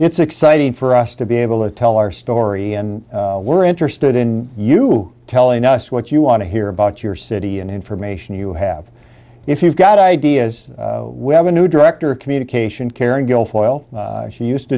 it's exciting for us to be able to tell our story and we're interested in you telling us what you want to hear about your city and information you have if you've got ideas we have a new director of communication karen guilfoyle she used to